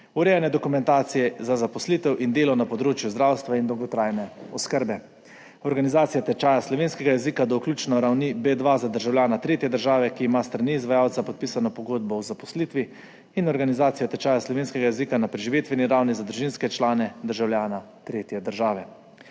urejanje dokumentacije za zaposlitev in delo na področju zdravstva in dolgotrajne oskrbe; organizacija tečaja slovenskega jezika do vključno ravni B2 za državljana tretje države, ki ima s strani izvajalca podpisano pogodbo o zaposlitvi, in organizacijo tečaja slovenskega jezika na preživitveni ravni za družinske člane državljana tretje države.